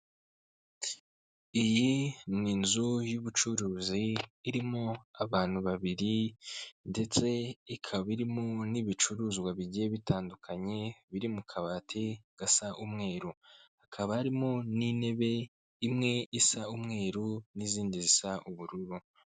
Iyi ni inzu y'ubucuruzi irimo abantu babiri ndetse ikaba irimo n'ibicuruzwa bigiye bitandukanye biri mu kabati gasa umweru, hakaba harimo n'intebe imwe isa umweru n'izindi zisa ubururu.